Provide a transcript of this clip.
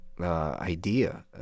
Idea